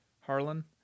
Harlan